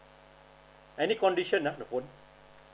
any condition ah the phone